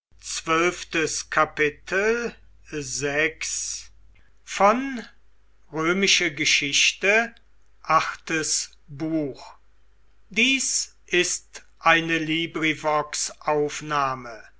sind ist eine